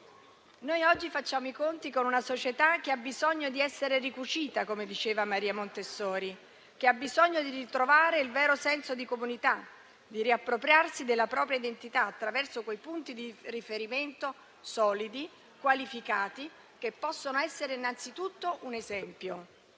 Noi oggi facciamo i conti con una società che ha bisogno di essere ricucita - come diceva Maria Montessori - che ha bisogno di ritrovare il vero senso di comunità, di riappropriarsi della propria identità attraverso quei punti di riferimento solidi e qualificati, che possono essere innanzitutto un esempio.